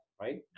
right